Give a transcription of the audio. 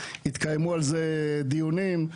התקיימו על זה דיונים.